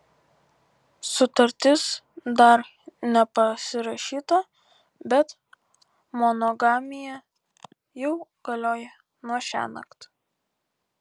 sutartis dar nepasirašyta bet monogamija jau galioja nuo šiąnakt